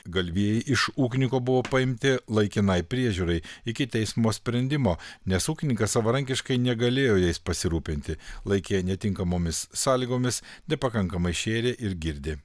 galvijai iš ūkininko buvo paimti laikinai priežiūrai iki teismo sprendimo nes ūkininkas savarankiškai negalėjo jais pasirūpinti laikė netinkamomis sąlygomis nepakankamai šėrė ir girdė